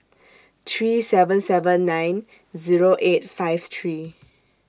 three seven seven nine Zero eight five three